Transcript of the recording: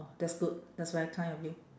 oh that's good that's very kind of you